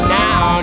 now